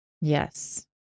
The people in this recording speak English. Yes